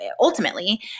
ultimately